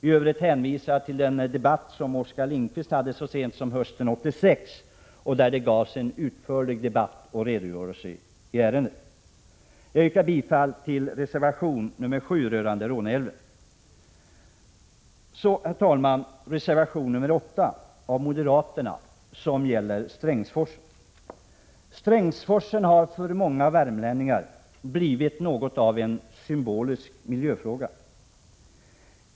I övrigt hänvisar jag till den debatt vi hade i ärendet så sent som hösten 1986 där Oskar Lindkvist gav en utförlig redogörelse i ärendet. Jag yrkar bifall till reservation nr 7 rörande Råneälven. Herr talman! Reservation nr 8 av moderaterna gäller Strängsforsen. Strängsforsen har för många värmlänningar blivit något av en symbolisk miljöfråga.